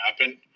happen